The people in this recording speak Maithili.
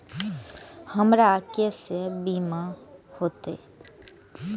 हमरा केसे बीमा होते?